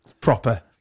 Proper